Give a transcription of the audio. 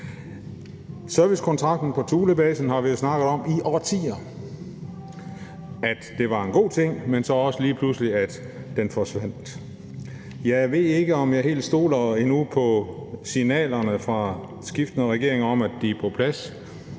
Servicekontrakten på Thulebasen har vi jo snakket om i årtier, nemlig at det var en god ting, men så også, at den lige pludselig forsvandt. Jeg ved ikke, om jeg nu helt stoler på signalerne fra skiftende regeringer om, at det er på plads,